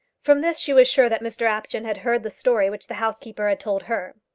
from this she was sure that mr apjohn had heard the story which the housekeeper had told her.